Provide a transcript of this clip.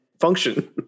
function